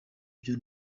byo